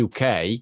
UK